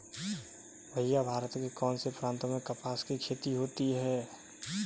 भैया भारत के कौन से प्रांतों में कपास की खेती होती है?